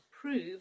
prove